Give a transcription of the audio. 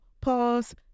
pause